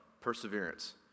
perseverance